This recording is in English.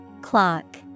Clock